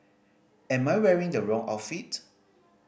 am I wearing the wrong outfit